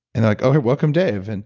and like, oh, here welcome dave. and